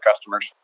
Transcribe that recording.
customers